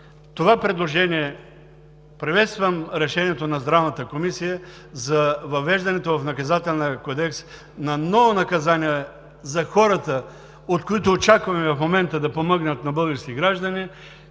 това предложение приветствам… Решението на Здравната комисия за въвеждането в Наказателния кодекс на ново наказание за хората, от които очакваме в момента да помогнат на българските граждани,